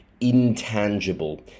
intangible